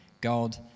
God